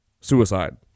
Suicide